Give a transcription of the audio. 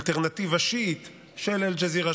אלטרנטיבה שיעית של אל-ג'זירה,